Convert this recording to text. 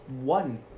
One